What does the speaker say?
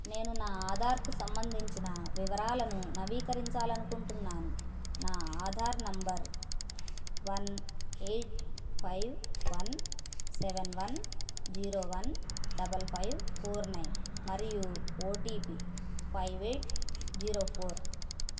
నేను నా ఆధార్కు సంబంధించిన వివరాలను నవీకరించాలి అనుకుంటున్నాను నా Aadhaar number one eight five one seven one zero one double five four nine మరియు O T P five eight zero four